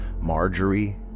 Marjorie